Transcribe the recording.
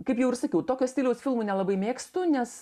kaip jau ir sakiau tokio stiliaus filmų nelabai mėgstu nes